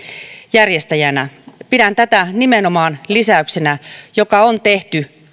järjestäjänä pidän tätä nimenomaan lisäyksenä joka on tehty